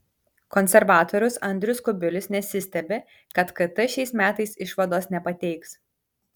konservatorius andrius kubilius nesistebi kad kt šiais metais išvados nepateiks